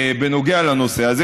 בנוגע לנושא הזה,